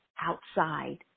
outside